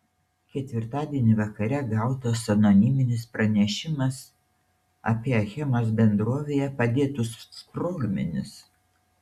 ketvirtadienį vakare gautas anoniminis pranešimas apie achemos bendrovėje padėtus sprogmenis